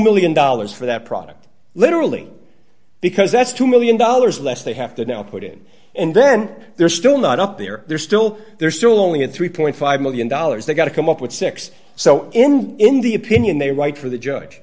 million dollars for that product literally because that's two million dollars less they have to now put in and then they're still not up there they're still they're still only at three million five hundred thousand dollars they've got to come up with six so in in the opinion they write for the judge